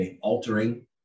altering